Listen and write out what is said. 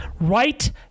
right